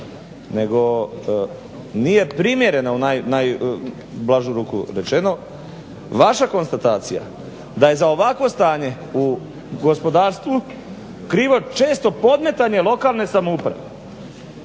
nego primjereno u najblažu ruku rečeno vaša konstatacija da je za ovako stanje u gospodarstvu krivo često podmetanje lokalne samouprave.